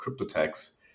CryptoTax